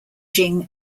qing